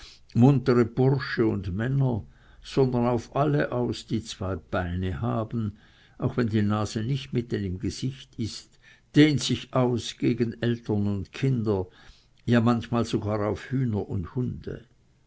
muntere bursche und männer sondern auf alle aus die zwei beine haben auch wenn die nase nicht mitten im gesicht ist dehnt sich aus gegen eltern und kinder ja manchmal gar auf hühner und hunde